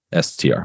STR